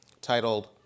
titled